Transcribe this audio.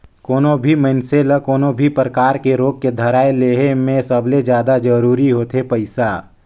कोनो भी मइनसे ल कोनो भी परकार के रोग के धराए ले हे में सबले जादा जरूरी होथे पइसा